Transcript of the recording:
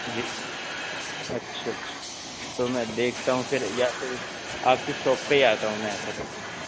جی اچھا اچھا تو میں دیکھتا ہوں پھر یا پھر آپ کی شاپ پہ ہی آتا ہوں میں ایسا کرتے ہیں